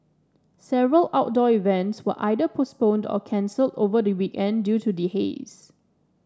several outdoor events were either postponed or cancelled over the weekend due to the haze